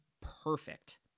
perfect